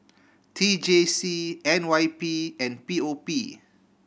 T J C N Y P and P O P